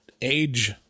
age